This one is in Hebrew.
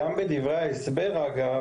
אגב,